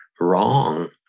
wrong